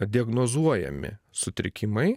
diagnozuojami sutrikimai